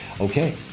Okay